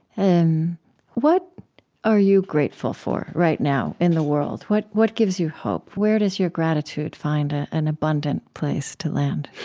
and what are you grateful for right now in the world? what what gives you hope? where does your gratitude find ah an abundant place to land?